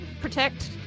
protect